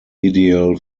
ideal